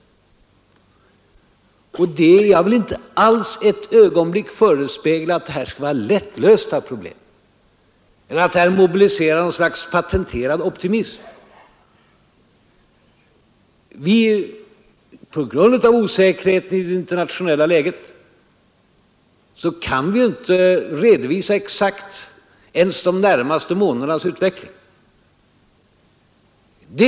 Jag vill inte ett ögonblick förespegla någon att detta skulle vara lättlösta problem, och jag vill inte försöka mobilisera något slags patenterad optimism. På grund av osäkerheten i det internationella läget kan vi inte redovisa ens de närmaste månadernas utveckling med någon säkerhet.